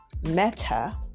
meta